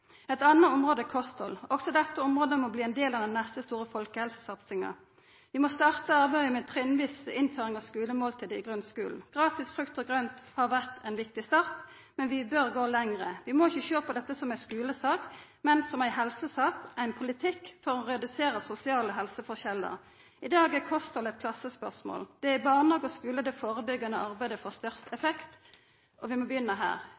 Eit anna område er kosthald. Dette område må òg bli ein del av den neste, store folkehelsesatsinga. Vi må starta arbeidet med trinnvis innføring av skulemåltid i grunnskulen. Gratis frukt og grønt har vore ein viktig start, men vi bør gå lenger. Vi må ikkje sjå på dette som ei skulesak, men som ei helsesak; ein politikk for å redusera sosiale helseforskjellar. I dag er kosthald eit klassespørsmål. Det er i barnehage og skule det førebyggande arbeidet får størst effekt, og vi må